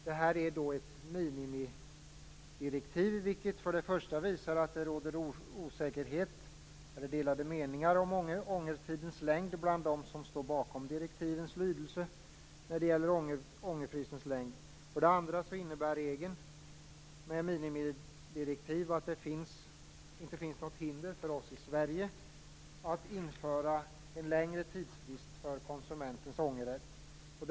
Detta är ett minimidirektiv, vilket för det första visar att det råder osäkerhet eller delade meningar om ångertidens längd bland dem som står bakom direktivets lydelse när det gäller just detta. För det andra innebär regeln med minimidirektiv att det inte finns något hinder för oss i Sverige att införa en längre tidsfrist för konsumentens ångerrätt.